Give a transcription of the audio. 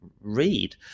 read